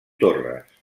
torres